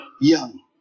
young